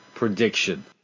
prediction